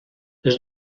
les